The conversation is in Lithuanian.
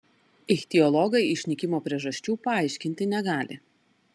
ichtiologai išnykimo priežasčių paaiškinti negali